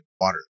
water